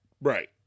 Right